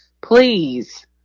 please